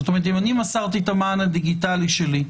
זאת אומרת, אם אני מסרתי את המען הדיגיטלי שלי,